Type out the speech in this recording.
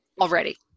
already